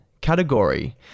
category